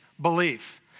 belief